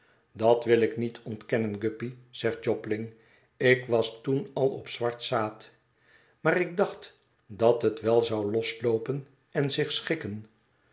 dat wil ik niet ontkennen guppy zegt jobling ik was toen al op zwart zaad maar ik dacht dat het wel zou losloopen en zich schikken